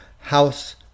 House